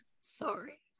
sorry